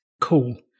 Cool